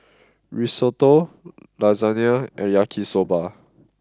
Risotto Lasagna and Yaki Soba